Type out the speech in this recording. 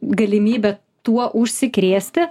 galimybę tuo užsikrėsti